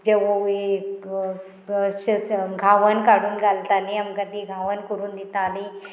जेव घावन काडून घालताली आमकां ती घावन करून दिताली